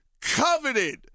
coveted